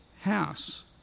house